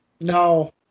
No